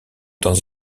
dans